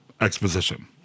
exposition